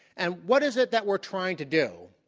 and what is it that we're trying to do?